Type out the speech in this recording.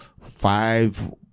five